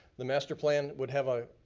the master plan would have a